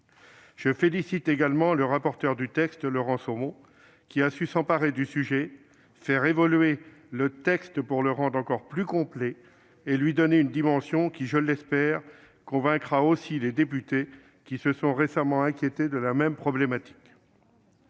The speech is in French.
Je félicite également le rapporteur du texte, Laurent Somon, qui a su s'emparer du sujet, faire évoluer le texte pour le rendre encore plus complet et lui donner une dimension qui, je l'espère, convaincra aussi les députés, qui se sont récemment inquiétés de la même problématique.